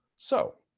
so,